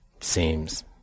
seems